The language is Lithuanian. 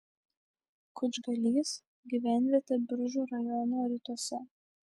kučgalys gyvenvietė biržų rajono rytuose